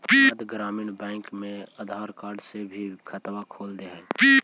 मध्य ग्रामीण बैंकवा मे आधार कार्ड से भी खतवा खोल दे है?